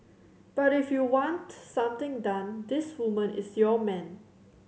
but if you want something done this woman is your man